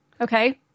Okay